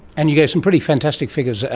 and you gave some pretty fantastic figures, ah